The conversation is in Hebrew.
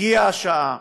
הגיעה השעה,